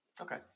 Okay